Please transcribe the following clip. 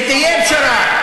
שתהיה פשרה.